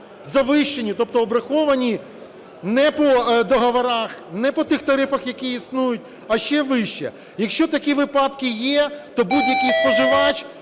завищені, тобто обраховані не по договорам, не по тим тарифам, які існують, а ще вище. Якщо такі випадки є, то будь-який споживач